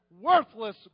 worthless